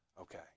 Okay